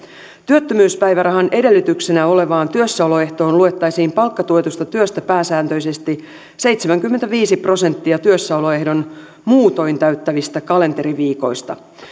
työttömyyspäivärahan edellytyksenä olevaan työssäoloehtoon luettaisiin palkkatuetusta työstä pääsääntöisesti seitsemänkymmentäviisi prosenttia työssäoloehdon muutoin täyttävistä kalenteriviikoista